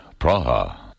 Praha